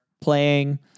playing